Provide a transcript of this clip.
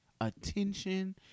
attention